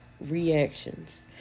reactions